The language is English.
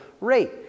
rate